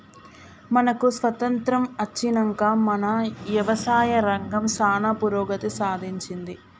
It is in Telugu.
మనకు స్వాతంత్య్రం అచ్చినంక మన యవసాయ రంగం సానా పురోగతి సాధించింది